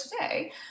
today